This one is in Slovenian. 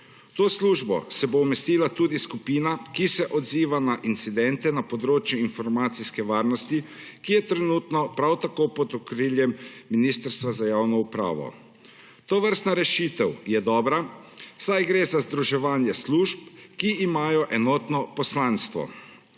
to službo se bo umestila tudi skupina, ki se odziva na incidente na področju informacijske varnosti, ki je trenutno prav tako pod okriljem Ministrstva za javno upravo. Tovrstna rešitev je dobra, saj gre za združevanje služb, ki imajo enotno poslanstvo.